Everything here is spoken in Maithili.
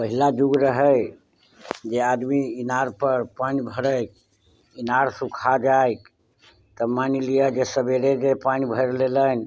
पहिला जुग रहै जे आदमी इनार पर पाइन भरै इनार सुखा जाइक तऽ मानि लिअ जे सबेरे जे पानि भरि लेलनि